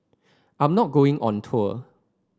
I'm not going on tour